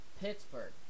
Pittsburgh